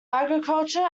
agriculture